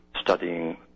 studying